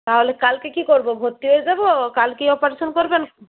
তাহলে কালকে কী করব ভর্তি হয়ে যাব কাল কি অপারেশান করবেন